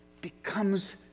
becomes